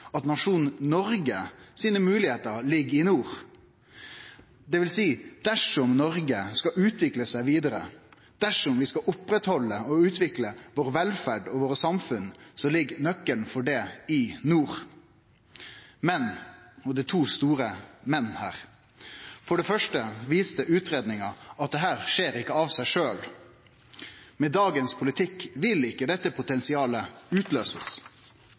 at nasjonen Noreg sine moglegheiter ligg i nord, dvs. dersom Noreg skal utvikle seg vidare. Dersom vi skal halde ved lag og utvikle vår velferd og våre samfunn, så ligg nøkkelen til det i nord. Men – og det er to store men her: For det første viste utgreiinga at dette ikkje skjer av seg sjølv. Med dagens politikk vil ikkje dette potensialet utløysast.